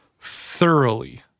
thoroughly